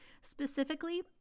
Specifically